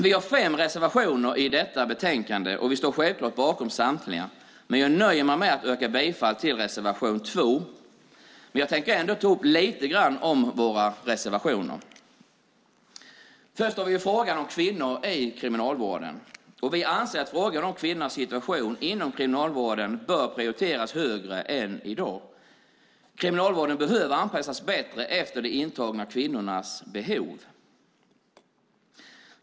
Vi har fem reservationer i detta betänkande, och vi står självklart bakom samtliga, men jag nöjer mig med att yrka bifall till reservation 2. Jag tänker ändå ta upp lite grann om våra reservationer. Först har vi frågan om kvinnor i kriminalvården. Vi anser att frågan om kvinnors situation inom kriminalvården bör prioriteras högre än i dag. Kriminalvården behöver anpassas bättre efter de intagna kvinnornas behov.